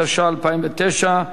התש"ע 2009,